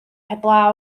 heblaw